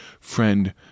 friend